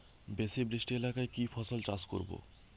বেশি বৃষ্টি এলাকায় কি ফসল চাষ করব?